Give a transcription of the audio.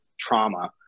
trauma